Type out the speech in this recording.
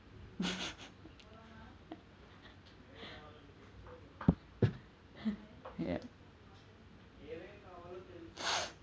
yeah